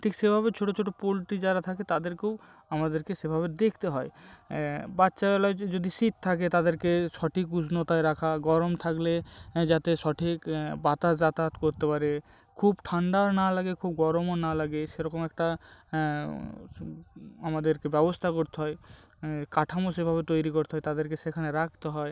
ঠিক সেভাবে ছোট ছোট পোলট্রি যারা থাকে তাদেরকেও আমাদেরকে সেভাবে দেখতে হয় বাচ্চাবেলায় যদি শীত থাকে তাদেরকে সঠিক উষ্ণতায় রাখা গরম থাকলে যাতে সঠিক বাতাস যাতায়াত করতে পারে খুব ঠান্ডা না লাগে খুব গরমও না লাগে সেরকম একটা আমাদেরকে ব্যবস্থা করতে হয় কাঠামো সেভাবে তৈরি করতে হয় তাদেরকে সেখানে রাখতে হয়